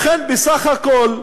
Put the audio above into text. לכן, בסך הכול,